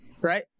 right